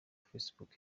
facebook